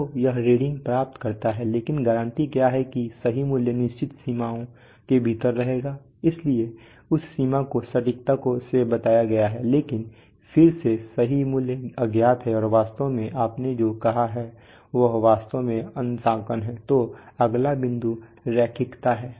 तो यह रीडिंग प्राप्त करता है लेकिन गारंटी क्या है कि सही मूल्य निश्चित सीमाओं के भीतर रहेगा इसलिए उस सीमा को सटीकता से बताया गया है लेकिन फिर से सही मूल्य अज्ञात है और वास्तव में आपने जो कहा है वह वास्तव में है अंशांकन तो अगला बिंदु रैखिकता है